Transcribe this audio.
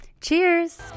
Cheers